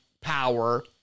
power